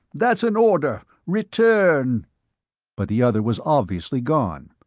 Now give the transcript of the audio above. that's an order! return but the other was obviously gone.